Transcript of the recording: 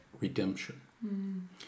redemption